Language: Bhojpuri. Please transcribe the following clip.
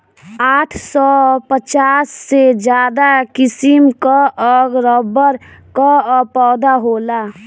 आठ सौ पचास से ज्यादा किसिम कअ रबड़ कअ पौधा होला